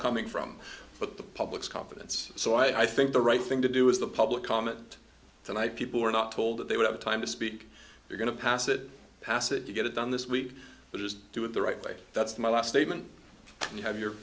coming from but the public's confidence so i think the right thing to do is the public comment tonight people were not told that they would have time to speak you're going to pass it pass it you get it done this week but just do it the right way that's my last statement and you have your